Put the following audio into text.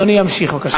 אדוני ימשיך, בבקשה.